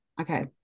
Okay